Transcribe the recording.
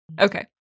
Okay